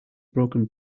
broken